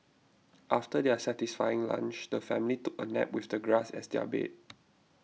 after their satisfying lunch the family took a nap with the grass as their bed